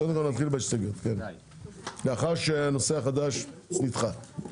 קודם כל נתחיל בהסתייגויות לאחר שהנושא החדש נדחה,